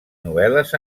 novel·les